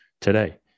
today